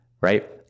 right